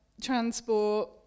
transport